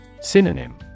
Synonym